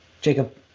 Jacob